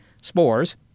Spores